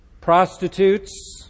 Prostitutes